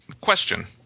question